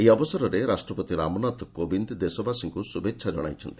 ଏହି ଅବସରରେ ରାଷ୍ଟ୍ରପତି ରାମନାଥ କୋବିନ୍ଦ ଦେଶବାସୀଙ୍କୁ ଶୁଭେଚ୍ଛା ଜଣାଇଛନ୍ତି